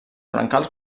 brancals